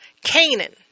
Canaan